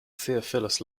theophilus